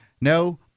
no